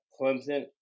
Clemson